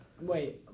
wait